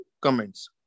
comments